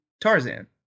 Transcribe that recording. Tarzan